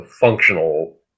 functional